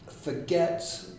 forget